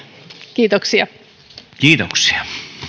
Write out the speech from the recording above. kiitoksia kiitoksia